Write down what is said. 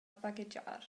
baghegiar